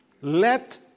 let